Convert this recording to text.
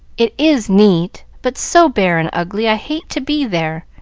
it is neat, but so bare and ugly i hate to be there.